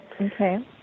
Okay